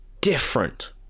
different